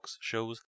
shows